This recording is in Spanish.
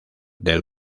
del